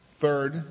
Third